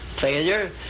failure